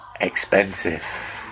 expensive